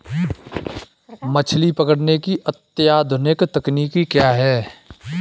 मछली पकड़ने की अत्याधुनिक तकनीकी क्या है?